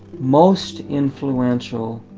most influential